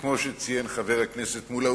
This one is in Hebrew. כמו שציין חבר הכנסת מולה,